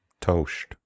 Toast